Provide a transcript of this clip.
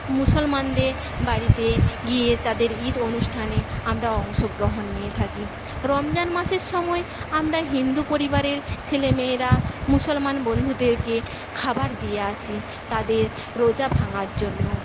মুসলমানদের বাড়িতে গিয়ে তাদের ঈদ অনুষ্ঠানে আমরা অংশগ্রহণ নিয়ে থাকি রমজান মাসের সময়ে আমরা হিন্দু পরিবারের ছেলে মেয়েরা মুসলমান বন্ধুদেরকে খাবার দিয়ে আসি তাদের রোজা ভাঙার জন্য